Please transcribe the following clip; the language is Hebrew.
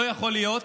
לא יכול להיות